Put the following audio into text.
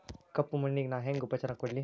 ಕಪ್ಪ ಮಣ್ಣಿಗ ನಾ ಹೆಂಗ್ ಉಪಚಾರ ಕೊಡ್ಲಿ?